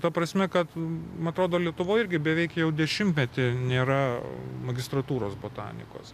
ta prasme kad atrodo lietuvoj irgi beveik jau dešimtmetį nėra magistrantūros botanikos